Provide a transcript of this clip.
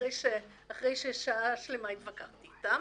אחרי ששעה שלמה התווכחתי אתם.